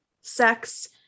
sex